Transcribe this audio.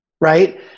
right